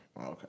okay